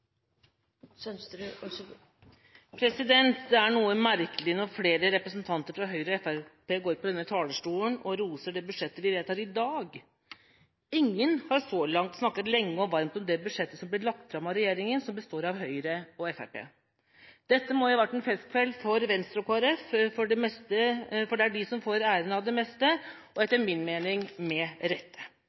Ingen har så langt snakket lenge og varmt om det budsjettet som ble lagt fram av regjeringa, som består av Høyre og Fremskrittspartiet. Dette må ha vært en festkveld for Venstre og Kristelig Folkeparti, for det er de som får æren av det meste, og, etter min mening, med rette.